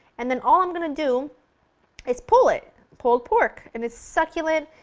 and then all i'm going to do is pull it pulled pork! and it's succulent,